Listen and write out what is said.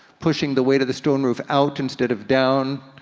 pushing the weight of the stone roof out instead of down.